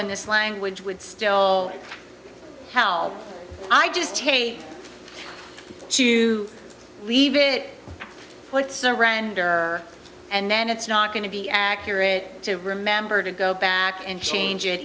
in this language would still how i just hate to leave it puts surrender and then it's not going to be accurate to remember to go back and change it